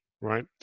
right